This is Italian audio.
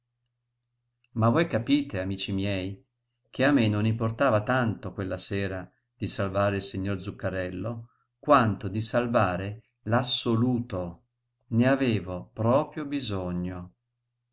ma voi capite amici miei che a me non importava tanto quella sera di salvare il signor zuccarello quanto di salvare l'assoluto ne avevo proprio bisogno